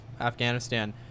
Afghanistan